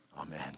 Amen